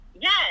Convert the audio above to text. yes